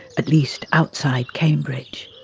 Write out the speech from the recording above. at least outside cambridge.